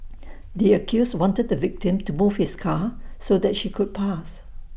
the accused wanted the victim to move his car so that she could pass